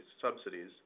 subsidies